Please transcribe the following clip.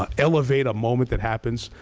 ah elevate a moment that happens,